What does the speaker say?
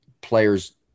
players